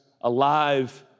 alive